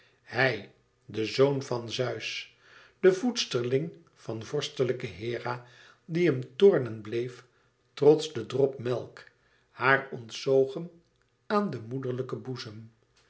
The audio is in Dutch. hij de zoon van zeus de voedsterling van vorstelijke hera die hem toornen bleef trots den drop melk haar ontzogen aan den moederlijken boezem